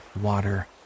water